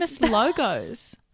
logos